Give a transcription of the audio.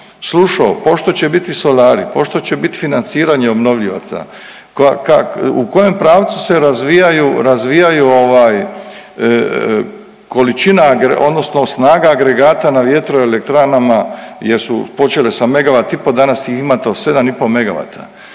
slušao pošto će biti solari, pošto će biti financiranje obnovljivaca, kako, u kojem pravcu se razvijaju, razvijaju ovaj količina odnosna snaga agregata na vjetroelektranama jer su počele sa megavat i po, a danas iz imate od 7,5 megavata.